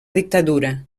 dictadura